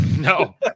No